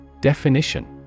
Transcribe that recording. Definition